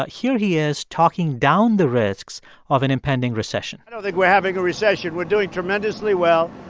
but here he is talking down the risks of an impending recession i don't think we're having a recession. we're doing tremendously well.